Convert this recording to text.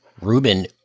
Ruben